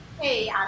hey